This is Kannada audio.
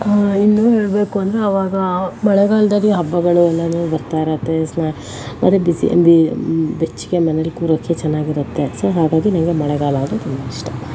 ಇನ್ನೂ ಹೇಳ್ಬೇಕು ಅಂದರೆ ಆವಾಗ ಮಳೆಗಾಲದಲ್ಲಿ ಹಬ್ಬಗಳು ಎಲ್ಲನೂ ಬರ್ತಾಯಿರತ್ತೆ ಬಿಸಿಯಾಗಿ ಬೆಚ್ಚಗೆ ಮನೇಲಿ ಕೂರೋಕ್ಕೆ ಚೆನ್ನಾಗಿರತ್ತೆ ಸೊ ಹಾಗಾಗಿ ನನಗೆ ಮಳೆಗಾಲ ಅಂದರೆ ತುಂಬ ಇಷ್ಟ